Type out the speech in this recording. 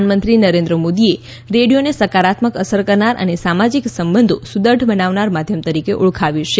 પ્રધાનમંત્રી નરેન્દ્ર મોદીએ રેડિયોને સકારાત્મક અસર કરનાર અને સામાજીક સંબંધો સુદૃઢ બનાવનાર માધ્યમ તરીકે ઓળખાવ્યું છે